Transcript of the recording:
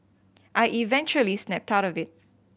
I eventually snapped of it